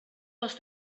les